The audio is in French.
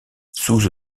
sous